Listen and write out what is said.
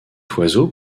oiseau